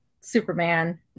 superman